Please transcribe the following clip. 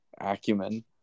acumen